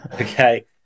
Okay